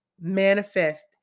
manifest